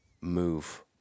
move